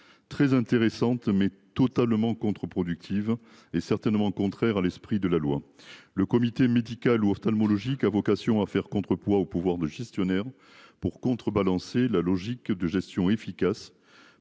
très intéressantes mais totalement contreproductive et certainement contraire à l'esprit de la loi. Le comité médical, ophtalmologique, a vocation à faire contrepoids au pouvoir de gestionnaire pour contrebalancer la logique de gestion efficace